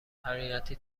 حقیقتی